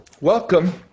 Welcome